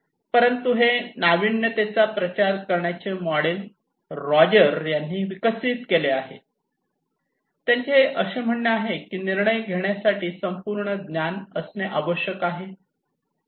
परंतु हे नाविन्यतेचा प्रसार करण्याचे मॉडेल रॉजर यांनी विकसित केले आहे त्यांचे असे म्हणणे आहे की निर्णय घेण्यासाठी संपूर्ण ज्ञान असणे आवश्यक आहे